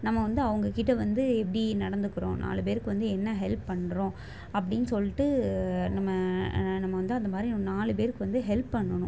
நம்ம வந்து அவங்கள்கிட்ட வந்து எப்படி நடந்துக்கிறோம் நாலு பேருக்கு வந்து என்ன ஹெல்ப் பண்ணுறோம் அப்டின்னு சொல்லிட்டு நம்ம நம்ம வந்து அந்த மாதிரி ஒரு நாலு பேருக்கு வந்து ஹெல்ப் பண்ணணும்